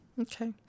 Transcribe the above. Okay